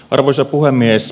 arvoisa puhemies